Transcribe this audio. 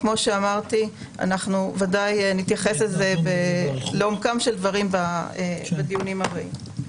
אך כאמור נתייחס לעומקם של דברים בדיונים הבאים.